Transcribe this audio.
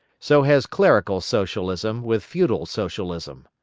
so has clerical socialism with feudal socialism.